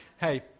Hey